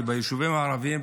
כי ביישובים הערביים,